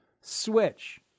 switch